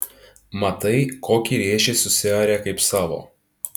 matai kokį rėžį susiarė kaip savo